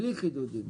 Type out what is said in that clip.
בלי חידודים.